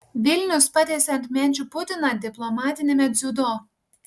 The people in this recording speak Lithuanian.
vilnius patiesė ant menčių putiną diplomatiniame dziudo